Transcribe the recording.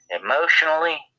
emotionally